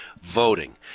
voting